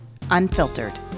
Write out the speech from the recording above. Unfiltered